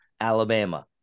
Alabama